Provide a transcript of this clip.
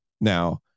now